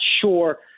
sure